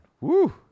Woo